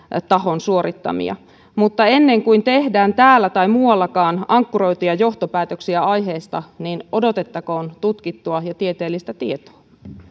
tahon suorittamia mutta ennen kuin tehdään täällä tai muuallakaan ankkuroituja johtopäätöksiä aiheesta niin odotettakoon tutkittua ja tieteellistä tietoa